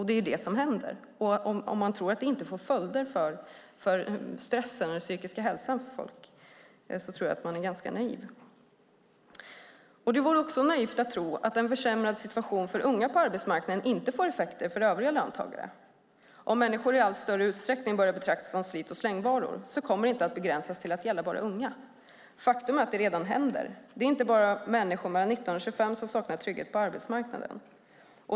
Det är ju det som händer. Om man tror att det inte får följder för stressen och folks psykiska hälsa tror jag att man är ganska naiv. Det vore också naivt att tro att en försämrad situation för unga på arbetsmarknaden inte får effekter för övriga löntagare. Om människor i allt större utsträckning börjar betraktas som slit och slängvaror kommer det inte att begränsas till att gälla bara unga. Faktum är att det redan händer. Det är inte bara människor i åldrarna 19-25 år som saknar trygghet på arbetsmarknaden.